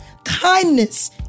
kindness